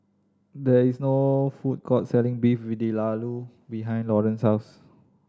there is no food court selling Beef behind Loren's house